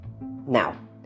Now